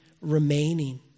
remaining